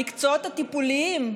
המקצועות הטיפוליים,